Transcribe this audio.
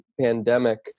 pandemic